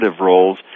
roles